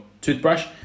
toothbrush